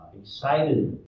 excited